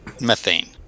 methane